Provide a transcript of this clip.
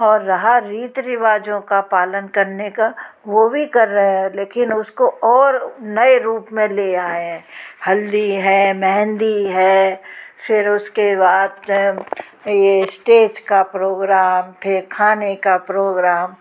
और रहा रीत रिवाजों का पालन करने का वह भी कर रहे हैं लेकिन उसको और नए रूप में ले आए हैं हल्दी है मेहंदी है फिर उसके बाद यह स्टेज का प्रोग्राम फिर खाने का प्रोग्राम